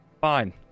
Fine